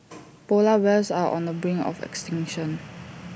Polar Bears are on the brink of extinction